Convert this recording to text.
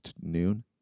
noon